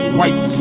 white